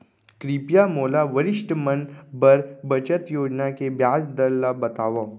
कृपया मोला वरिष्ठ मन बर बचत योजना के ब्याज दर ला बतावव